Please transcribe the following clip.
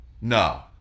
No